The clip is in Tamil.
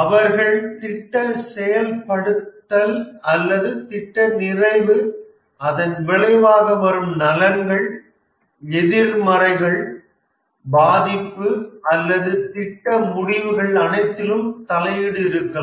அவர்கள் திட்ட செயல்படுத்தல் அல்லது திட்ட நிறைவு அதன் விளைவாக வரும் நலன்கள் எதிர்மறைகள் பாதிப்பு அல்லது திட்ட முடிவுகள் அனைத்திலும் தலையீடு இருக்கலாம்